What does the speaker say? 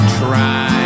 try